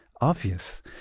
obvious